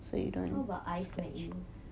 how about I smacking